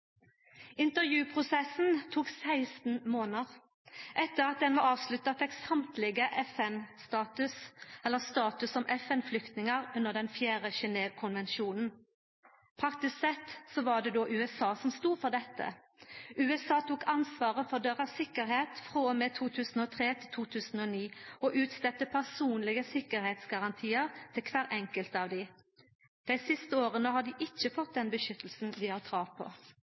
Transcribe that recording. Intervjuprosessen tok 16 månader. Etter at han var avslutta, fekk samtlege status som FN-flyktningar under den 4. Genèvekonvensjonen. Praktisk sett var det USA som stod for dette. USA tok ansvaret for tryggleiken deira frå og med 2003 til 2009 og skreiv ut personlege tryggingsgarantiar til kvar og ein av dei. Dei siste åra har dei ikkje fått den beskyttelsen dei har krav på.